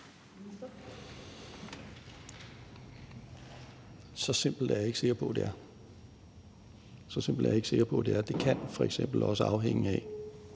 Så simpelt er jeg ikke sikker på at det er. Det kan f.eks. også afhænge af,